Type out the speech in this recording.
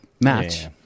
match